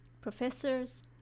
professors